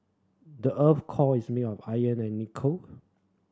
the earth core is made of and nickel